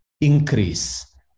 increase